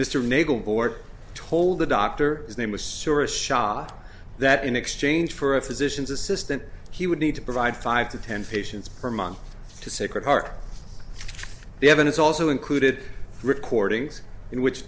board told the doctor his name was sort of shot that in exchange for a physician's assistant he would need to provide five to ten patients per month to sacred heart the evidence also included recordings